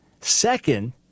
Second